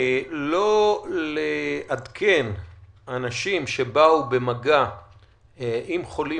לא לעדכן אנשים שבאו במגע עם חולים